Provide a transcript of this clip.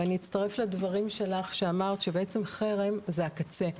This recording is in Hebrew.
ואני אצטרף לדברים שלך שאמרת שבעצם חרם זה הקצה.